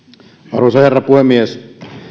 arvoisa herra puhemies